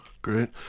Great